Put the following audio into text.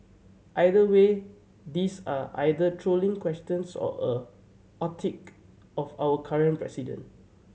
either way these are either trolling questions or a of our current president